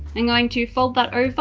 i'm going to fold that over.